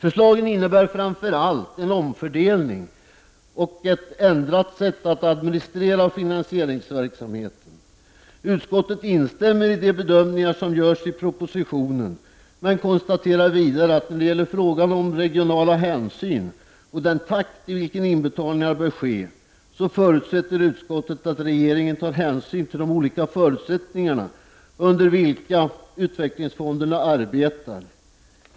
Förslagen innebär framför allt en omfördelning och ett ändrat sätt att administrera finansieringsverksamheten. Utskottet instämmer i de bedömningar som görs i propositionen men förutsätter när det gäller frågan om regionala hänsyn och den takt i vilken inbetalningarna bör ske att regeringen tar hänsyn till de olika förutsättningarna under vilka de olika utvecklingsfonderna arbetar.